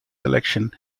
election